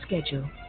schedule